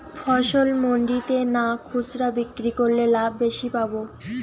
ফসল মন্ডিতে না খুচরা বিক্রি করলে লাভ বেশি পাব?